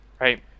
Right